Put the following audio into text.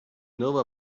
know